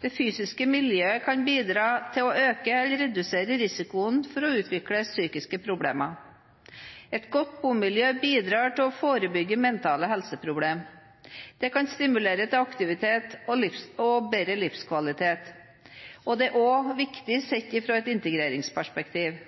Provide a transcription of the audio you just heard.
Det fysiske miljøet kan bidra til å øke eller redusere risikoen for å utvikle psykiske problemer. Et godt bomiljø bidrar til å forebygge mentale helseproblemer. Det kan stimulere til aktivitet og bedre livskvalitet. Det er også viktig sett fra et integreringsperspektiv.